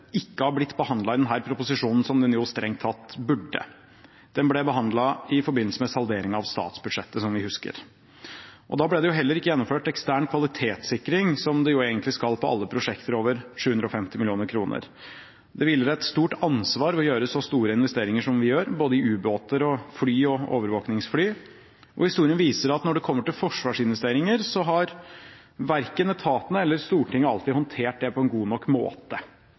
ikke har blitt behandlet i denne proposisjonen, som den jo strengt tatt burde. Den ble behandlet i forbindelse med salderingen av statsbudsjettet, som vi husker. Da ble det heller ikke gjennomført ekstern kvalitetssikring, som det egentlig skal på alle prosjekter over 750 mill. kr. Det påhviler oss et stort ansvar å gjøre så store investeringer som vi gjør, både i ubåter, i fly og i overvåkingsfly, og historien viser at når det gjelder forsvarsinvesteringer, har verken etatene eller Stortinget alltid håndtert det på en god nok måte,